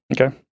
Okay